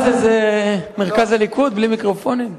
מה זה, מרכז הליכוד, בלי מיקרופונים?